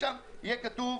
יהיה כתוב: